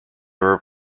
were